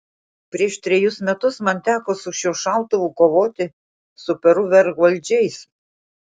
prieš trejus metus man teko su šiuo šautuvu kovoti su peru vergvaldžiais